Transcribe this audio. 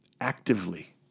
actively